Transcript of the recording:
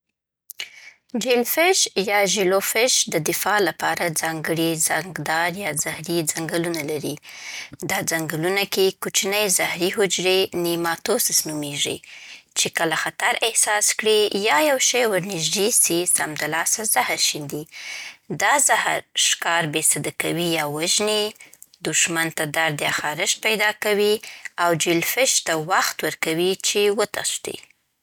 جیلفش یا ژیلوفش د دفاع لپاره ځانګړي زنګدار یا زهري څنګلونه لري. دا څنګلونه کې کوچني زهري حجرې يعنې نیماتوسس نومیږې. چې کله خطر احساس کړي یا یو شی ورنږدې سي، سمدلاسه زهر شیندې. دا زهر: ښکار بې‌سده کوي یا وژني؛ دښمن ته درد یا خارښت پیدا کوي؛ او جیلفش ته وخت ورکوي چې وتښتي.